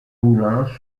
moulins